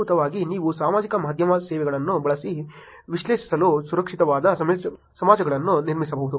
ಆದ್ದರಿಂದ ಮೂಲಭೂತವಾಗಿ ನೀವು ಸಾಮಾಜಿಕ ಮಾಧ್ಯಮ ಸೇವೆಗಳನ್ನು ಬಳಸಿ ವಿಶ್ಲೇಷಿಸಲು ಸುರಕ್ಷಿತವಾದ ಸಮಾಜಗಳನ್ನು ನಿರ್ಮಿಸಬಹುದು